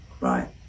right